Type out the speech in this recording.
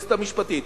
היועצת המשפטית.